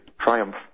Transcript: Triumph